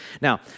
Now